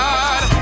God